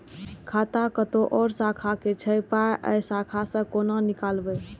खाता कतौ और शाखा के छै पाय ऐ शाखा से कोना नीकालबै?